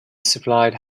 supplied